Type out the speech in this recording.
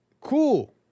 Cool